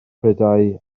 prydau